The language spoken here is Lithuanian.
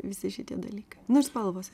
visi šitie dalykai nu ir spalvos